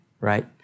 right